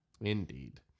Indeed